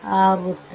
ಆಗುತ್ತದೆ